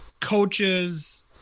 coaches